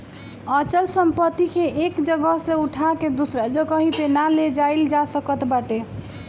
अचल संपत्ति के एक जगह से उठा के दूसरा जगही पे ना ले जाईल जा सकत बाटे